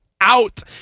out